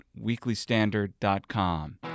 weeklystandard.com